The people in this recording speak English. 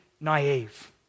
naive